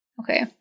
Okay